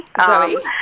Zoe